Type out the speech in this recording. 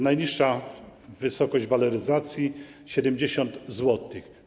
Najniższa wysokość waloryzacji - 70 zł.